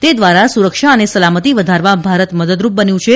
તે દ્વારા સુરક્ષા અને સલામતિ વધારવા ભારત મદદરૂપ બન્યું છે